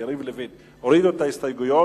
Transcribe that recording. ויריב לוין הורידו את ההסתייגויות,